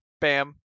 bam